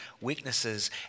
weaknesses